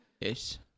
Yes